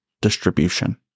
distribution